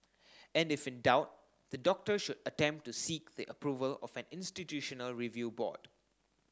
and if in doubt the doctor should attempt to seek the approval of an institutional review board